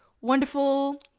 wonderful